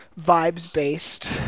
vibes-based